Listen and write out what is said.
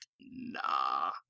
nah